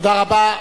תודה רבה.